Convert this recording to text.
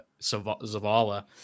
zavala